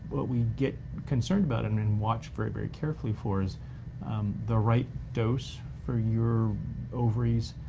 what we get concerned about and then watch very, very carefully for is the right dose for your ovaries,